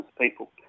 people